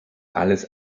alles